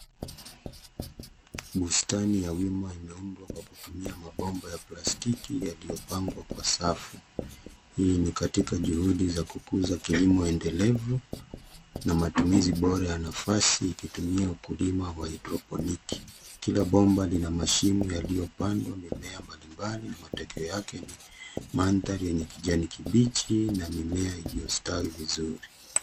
Bustani ya wima inaundwa kwa kutumia mabomba ya plastiki, yaliyopangwa kwa safu. Hii ni katika juhudi za kukuza kilimo endelevu na matumizi bora ya nafasi ikitumia ukulima wa hydroponiki. Kila bomba lina mashimo yaliyopandwa mimea mbali mbali na matokeo yake ni mandhari yenye kijani kibichi na mimea iliyostawi vizuri.